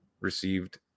received